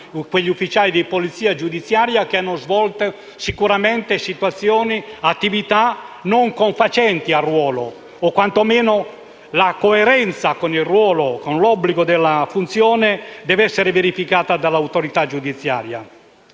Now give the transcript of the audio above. e ufficiali di polizia giudiziaria che hanno sicuramente svolto attività non confacenti al ruolo, o quanto meno la cui coerenza con l'obbligo della funzione deve essere verificata dall'autorità giudiziaria.